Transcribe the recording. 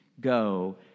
Go